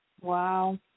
Wow